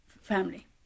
family